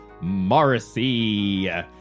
Morrissey